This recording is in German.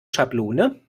schablone